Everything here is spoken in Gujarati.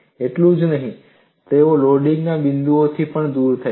એટલું જ નહીં તેઓ લોડિંગના બિંદુઓથી પણ દૂર છે